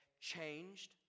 changed